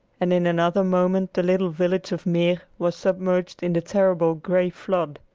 and in another moment the little village of meer was submerged in the terrible gray flood.